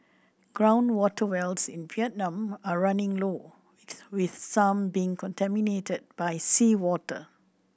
ground water wells in Vietnam are running low with some being contaminated by seawater